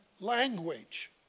language